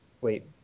wait